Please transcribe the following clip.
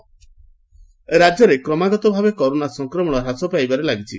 corona Odisha ରାକ୍ୟରେ କ୍ରମାଗତଭାବେ corona ସଂକ୍ରମଣ ହ୍ରାସ ପାଇବାରେ ଲାଗିଛି